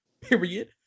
period